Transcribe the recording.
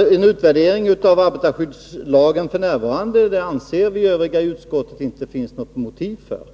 en utvärdering av arbetarskyddslagen.